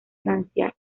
francia